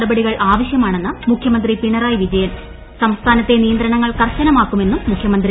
നടപടികൾ ആവശ്യമാര്ണ്ന് മുഖ്യമന്ത്രി പിണറായി വിജയന്റ് സം്സ്ഥാനത്തെ നിയന്ത്രണങ്ങൾ ക്ർശനമാക്കുമെന്നും മുഖൃമന്ത്രി